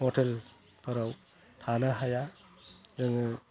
हथेलफोराव थानो हाया जोङो